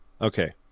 Okay